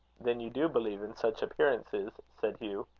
then you do believe in such appearances? said hugh.